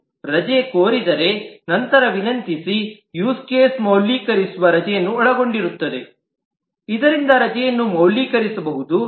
ರಜೆ ಕೋರಿದರೆ ನಂತರ ವಿನಂತಿಸಿ ಯೂಸ್ ಕೇಸ್ ಮೌಲ್ಯೀಕರಿಸುವ ರಜೆಯನ್ನು ಒಳಗೊಂಡಿರುತ್ತದೆ ಇದರಿಂದ ರಜೆಯನ್ನು ಮೌಲ್ಯೀಕರಿಸಬಹುದು